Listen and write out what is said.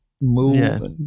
move